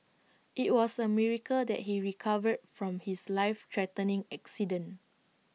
IT was A miracle that he recovered from his life threatening accident